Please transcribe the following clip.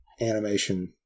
animation